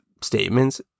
statements